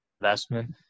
investment